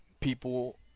people